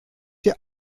dir